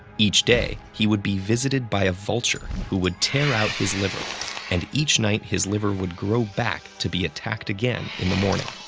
each day, he would be visited by a vulture who would tear out his liver and each night his liver would grow back to be attacked again in the morning.